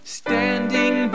standing